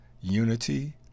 unity